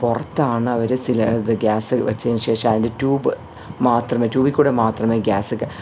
പുറത്താണ് അവർ cylinder gas വെച്ചതിന് ശേഷം അതിൻ്റെ ട്യൂബ് മാത്രമേ ട്യൂബിൽ കൂടി മാത്രമേ ഗ്യാസ്